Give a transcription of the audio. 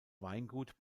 weingut